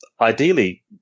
ideally